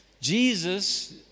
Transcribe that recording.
Jesus